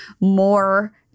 more